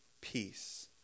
peace